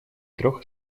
трех